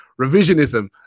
Revisionism